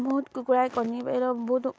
বহুত কুকুৰাই কণী পাৰিলেও বহুত